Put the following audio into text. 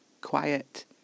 quiet